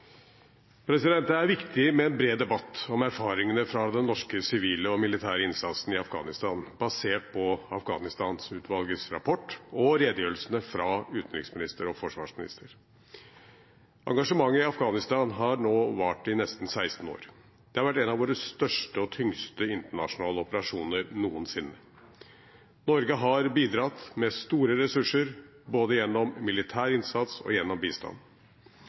Det er viktig med en bred debatt om erfaringene med den norske sivile og militære innsatsen i Afghanistan, basert på Afghanistan-utvalgets rapport og redegjørelsene fra utenriksminister og forsvarsminister. Engasjementet i Afghanistan har nå vart i nesten 16 år. Det har vært en av våre største og tyngste internasjonale operasjoner noensinne. Norge har bidratt med store ressurser både gjennom militær innsats og gjennom bistand.